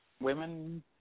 women